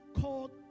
called